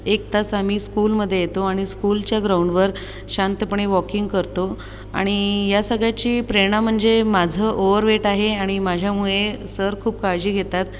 एक तास आम्ही स्कूलमध्ये येतो आणि स्कुलच्या ग्राउंडवर शांतपणे वॉकिंग करतो आणि या सगळ्याची प्रेरणा म्हणजे माझं ओव्हरवेट आहे आणि माझ्यामुळे सर खूप काळजी घेतात